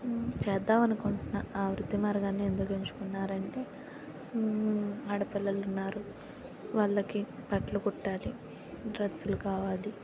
చేద్దామనుకుంటున్న ఆ వృత్తి మార్గాన్ని ఎందుకు ఎంచుకున్నారంటే ఆడపిల్లలున్నారు వాళ్ళకి బట్టలు కుట్టాలి డ్రెస్సులు కావాలి